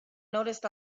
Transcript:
noticed